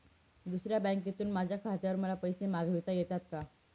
दुसऱ्या बँकेतून माझ्या खात्यावर मला पैसे मागविता येतात का?